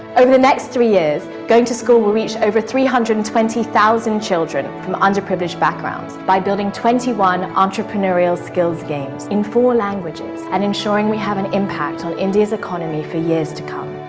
over the next three years, going to school will reach over three hundred and twenty thousand children from underprivileged backgrounds by building twenty one entrepreneurial skills games in four languages and ensuring we have an impact on india's economy for years to come.